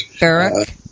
Eric